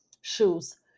shoes